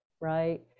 right